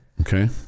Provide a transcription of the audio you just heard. Okay